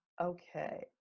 okay